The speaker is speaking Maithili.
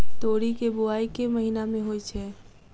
तोरी केँ बोवाई केँ महीना मे होइ छैय?